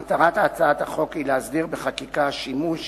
מטרת הצעת החוק היא להסדיר בחקיקה שימוש